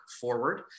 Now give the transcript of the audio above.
Forward